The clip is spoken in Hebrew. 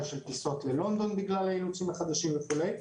של טיסות ללונדון בגלל האילוצים החדשים וכולי,